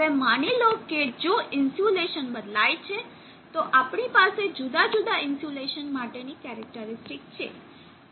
હવે માનો કે જો ઇન્સ્યુલેશન બદલાય છે તો આપણી પાસે જુદા જુદા ઇન્સ્યુલેશન માટેની કેરેકટરીસ્ટીક છે